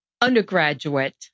Undergraduate